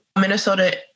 Minnesota